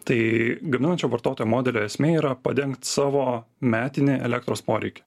tai gaminančio vartotojo modelio esmė yra padengt savo metinį elektros poreikį